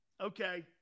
Okay